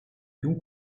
più